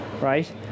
right